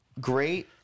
great